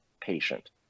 patient